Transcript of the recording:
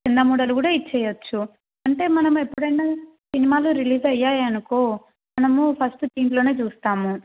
చందా మోడల్ కూడా ఇచ్చేయచ్చు అంటే మనం ఎప్పుడైనా సినిమాలు రిలీజ్ అయ్యాయనుకో మనము ఫస్టు దీంట్లోనే చూస్తాము